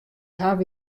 hawwe